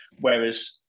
whereas